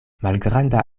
malgranda